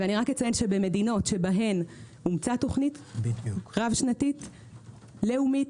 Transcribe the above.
אני רק אציין שבמדינות שבהן אומצה תוכנית רב-שנתית לאומית,